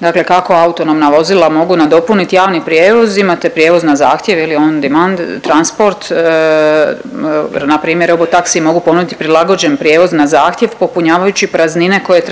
Dakle, kako autonomna vozila mogu nadopunit javni prijevoz? Imate prijevoz na zahtjev ili on demand transport npr. robotaksiji mogu ponudit prilagođen prijevoz na zahtjev popunjavajući praznine koje tradicionalni